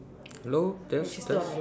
hello test test